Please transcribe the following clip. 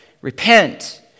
repent